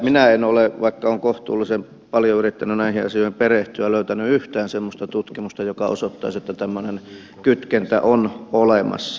minä en ole vaikka olen kohtuullisen paljon yrittänyt näihin asioihin perehtyä löytänyt yhtään semmoista tutkimusta joka osoittaisi että tämmöinen kytkentä on olemassa